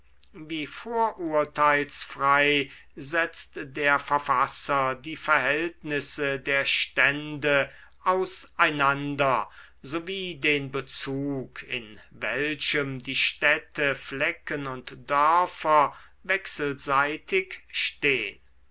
wie vorurteilsfrei setzt der verfasser die verhältnisse der stände aus einander sowie den bezug in welchem die städte flecken und dörfer wechselseitig stehn